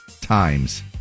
times